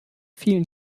vielen